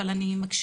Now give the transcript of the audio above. אבל אני מקשיבה.